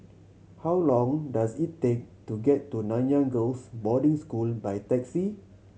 how long does it take to get to Nanyang Girls' Boarding School by taxi